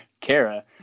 Kara